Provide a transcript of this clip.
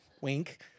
Wink